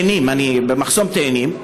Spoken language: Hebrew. מחסום תאנים,